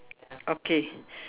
okay